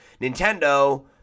Nintendo